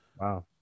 Wow